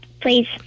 please